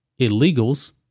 illegals